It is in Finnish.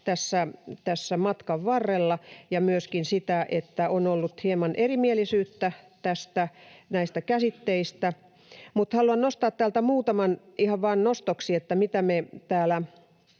tässä matkan varrella, ja myöskin sitä, että on ollut hieman erimielisyyttä näistä käsitteistä, mutta haluan nostaa täältä muutaman ihan vain nostoksi, että mitä me täällä